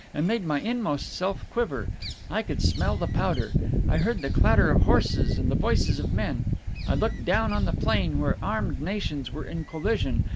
and made my inmost self quiver i could smell the powder i heard the clatter of horses and the voices of men i looked down on the plain where armed nations were in collision,